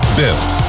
built